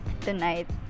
tonight